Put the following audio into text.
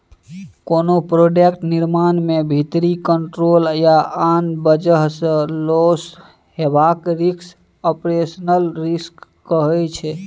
कोनो प्रोडक्ट निर्माण मे भीतरी कंट्रोल या आन बजह सँ लौस हेबाक रिस्क आपरेशनल रिस्क कहाइ छै